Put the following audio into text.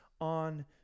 on